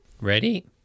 Ready